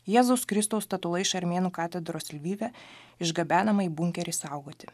jėzaus kristaus statula iš armėnų katedros lvive išgabenama į bunkerį saugoti